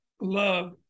love